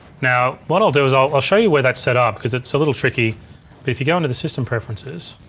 now what i'll do is i'll i'll show you where that's set up cause it's a little tricky. but if you go into the system preferences